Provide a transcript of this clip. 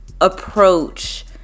approach